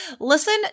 listen